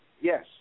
Yes